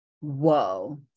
Whoa